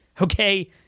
okay